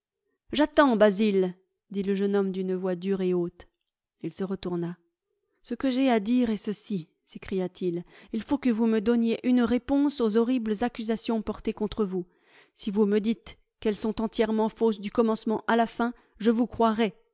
j'attends basil dit le jeune homme d'une voix dure et haute il se retourna ce que j'ai à dire est ceci s'écria-t-il il faut que vous me donniez une réponse aux horribles accusations portées contre vous si vous me dites qu'elles sont entièrement fausses du commencement à la fin je vous croirai